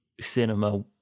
cinema